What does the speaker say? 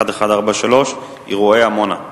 שאילתא מס' 1143: אירועי עמונה.